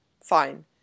fine